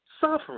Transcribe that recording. suffering